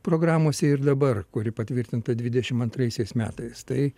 programose ir dabar kuri patvirtinta dvidešimt antraisiais metais tai